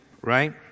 right